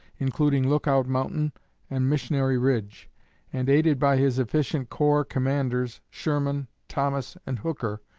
including lookout mountain and missionary ridge and, aided by his efficient corps commanders, sherman, thomas, and hooker,